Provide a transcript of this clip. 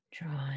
drawing